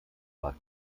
war